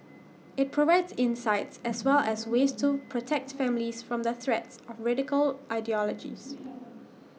IT provides insights as well as ways to protect families from the threats of radical ideologies